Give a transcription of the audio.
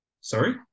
Sorry